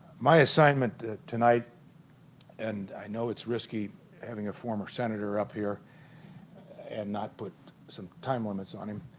my assignment tonight and i know it's risky having a former senator up here and not put some time limits on him